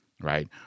right